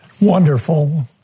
wonderful